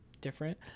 different